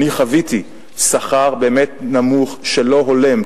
שאני חוויתי שכר באמת נמוך שהוא לא הולם,